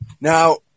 Now